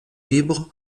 libre